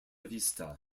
vista